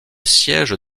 siège